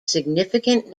significant